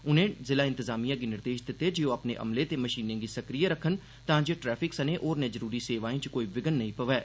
उनें जिला इंतजामिया गी निर्देश दित्ते जे ओहअपने अमले गी मशीनें गी सक्रिय रक्खन तांजे ट्रैफिक सने होरनें जरूरी सेवाएं च कोई विघ्न नेईं पवै